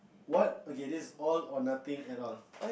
what okay this is all or nothing at all